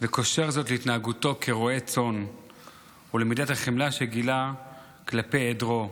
וקושר זאת להתנהגותו כרועה צאן ולמידת החמלה שגילה כלפי עדרו.